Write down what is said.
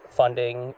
funding